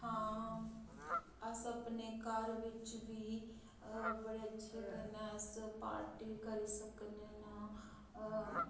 हां अस अपने घर बिच्च बी बड़े अच्छा कन्नै अस पार्टी करी सकने ना